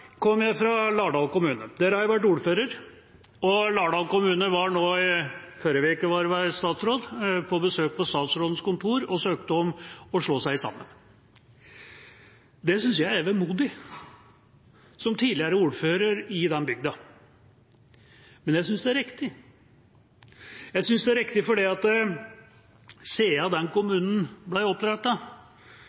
Jeg kommer fra Lardal kommune. Der har jeg vært ordfører. Lardal kommune var på besøk – i forrige uke var det vel – på statsrådens kontor og søkte om å slå seg sammen. Det synes jeg er vemodig, som tidligere ordfører i den bygda, men jeg synes det er riktig. Jeg synes det er riktig, for siden den kommunen